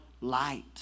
light